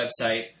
website